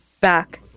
back